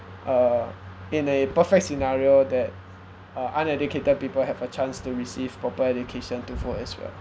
uh in a perfect scenario that uh uneducated people have a chance to receive proper education to vote as well